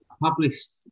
published